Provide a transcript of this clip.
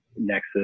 nexus